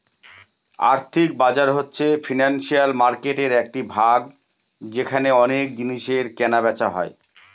আর্থিক বাজার হচ্ছে ফিনান্সিয়াল মার্কেটের একটি ভাগ যেখানে অনেক জিনিসের কেনা বেচা হয়